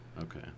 Okay